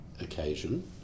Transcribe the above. occasion